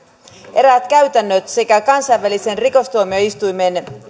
eräät käytännöt sekä kansainvälisen rikostuomioistuimen